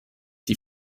die